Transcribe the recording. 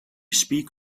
speak